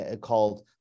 called